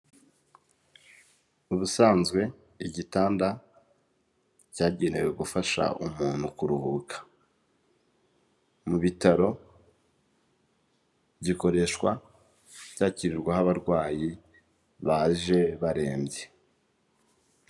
Ubusanzwe igitanda cyagenewe gufasha umuntu kuruhuka mu bitaro gikoreshwa cyakirirwaho abarwayi baje barembye.